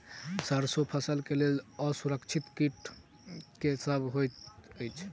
सैरसो फसल केँ लेल असुरक्षित कीट केँ सब होइत अछि?